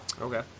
Okay